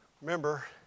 Remember